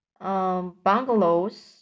bungalows